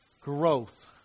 growth